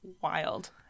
wild